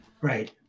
Right